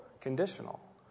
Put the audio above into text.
conditional